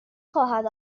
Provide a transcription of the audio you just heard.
خواهد